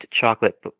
chocolate